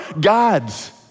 God's